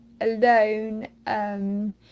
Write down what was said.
alone